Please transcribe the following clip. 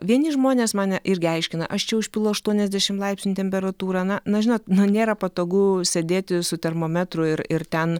vieni žmonės mane irgi aiškina aš čia užpilu aštuoniasdešim laipsnių temperatūra na na žinot nu nėra patogu sėdėti su termometru ir ir ten